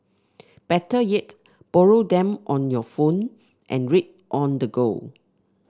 better yet borrow them on your phone and read on the go